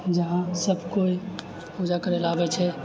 जहाँ सभकोय पूजा करय लेल आबै छै